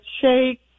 shake